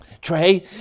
Trey